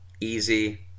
easy